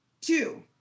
Two